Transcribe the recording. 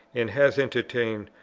and has entertained,